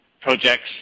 projects